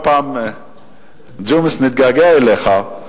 וג'ומס, נתגעגע אליך,